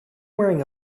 wearing